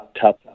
tough